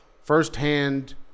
firsthand